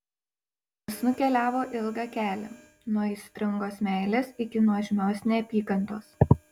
jis nukeliavo ilgą kelią nuo aistringos meilės iki nuožmios neapykantos